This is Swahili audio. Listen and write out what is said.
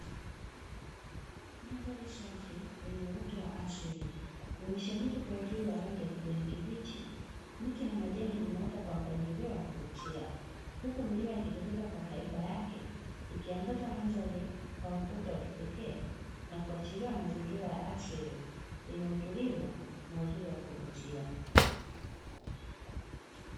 Madhari safi yenye uoto wa asili, imeshamiri kwa kijani kibichi miti na majani ikiota kwa kuvutia huku milima ikijitokeza kwa haiba yake ikiashiria utulivu na madhari ya kuvutia.